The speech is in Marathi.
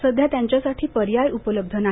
सध्या त्यांच्यासाठी पर्याय उपलब्ध नाही